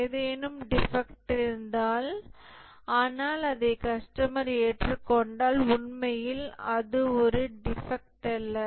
ஏதேனும் டிஃபெக்ட் இருந்தால் ஆனால் அதை கஸ்டமர் ஏற்றுக் கொண்டால் உண்மையில் அது ஒரு டிஃபெக்ட் அல்ல